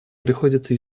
приходится